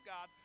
God